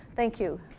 thank you.